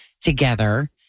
together